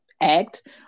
act